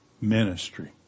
ministry